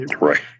right